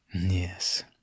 Yes